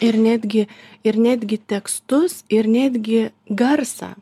ir netgi ir netgi tekstus ir netgi garsą